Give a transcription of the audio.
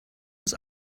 ins